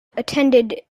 attended